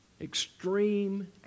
Extreme